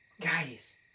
Guys